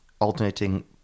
alternating